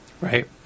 Right